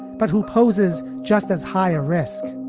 but who poses just as high a risk